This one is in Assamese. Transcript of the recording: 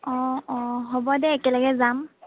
অ অ হ'ব দে একেলগে যাম